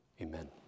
amen